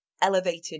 elevated